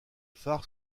phare